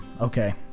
okay